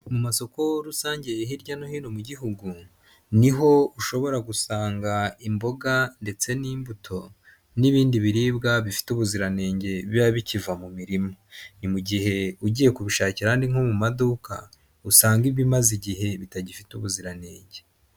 Mu masoko rusange hirya no hino mu gihugu, ni ho ushobora gusanga imboga ndetse n'imbuto n'ibindi biribwa bifite ubuziranenge biba bikiva mu mirima, ni mu gihe ugiye kubishakira ahandi nko mu maduka usanga ibimaze igihe bitagifite ubuziranenge.